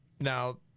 Now